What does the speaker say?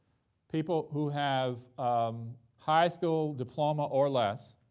people who have um high school diploma or less